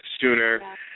sooner